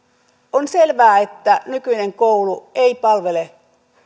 on selvää että nykyinen koulu ei palvele